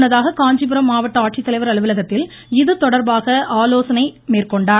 முன்னதாக காஞ்சிபுரம் மாவட்ட ஆட்சித்தலைவர் அலுவலகத்தில் இதுதொடர்பாக ஆலோசனை மேற்கொண்டார்